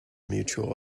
mutual